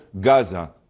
Gaza